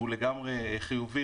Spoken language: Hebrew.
הוא לגמרי חיובי.